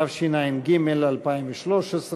התשע"ג 2013,